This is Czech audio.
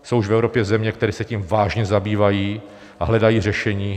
Jsou už v Evropě země, které se tím vážně zabývají a hledají řešení.